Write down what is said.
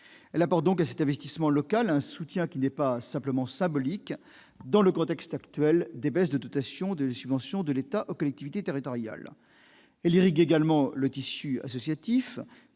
Elle apporte donc à l'investissement local un soutien qui n'est pas seulement symbolique dans le contexte actuel de baisse des dotations et subventions de l'État aux collectivités territoriales. Elle irrigue également le tissu associatif